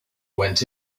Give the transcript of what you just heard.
went